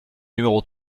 numéro